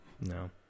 No